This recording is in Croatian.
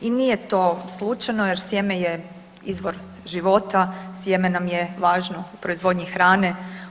I nije to slučajno jer sjeme je izvor života, sjeme nam je važno u proizvodnji hrane.